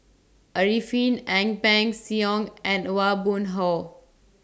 Arifin Ang Peng Siong and Aw Boon Haw